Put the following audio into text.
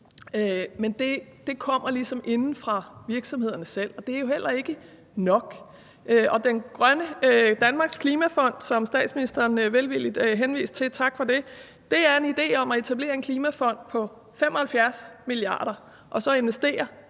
Men det kommer ligesom inde fra virksomhederne selv, og det er jo heller ikke nok. Danmarks klimafond, som statsministeren velvilligt henviste til, og tak for det, er en idé om at etablere en klimafond på 75 mia. kr. og så investere